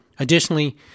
Additionally